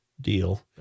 deal